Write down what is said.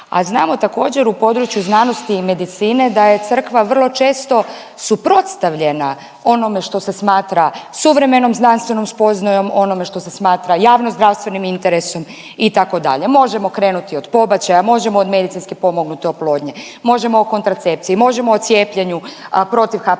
a znamo također u području znanosti i medicine da je crkva vrlo često suprotstavljena onome što se smatra suvremenom znanstvenom spoznajom, onome što se smatra javno zdravstvenim interesom itd., možemo krenuti od pobačaja, možemo od medicinski pomognute oplodnje, može o kontracepciji, možemo o cijepljenju protiv HPV-a itd.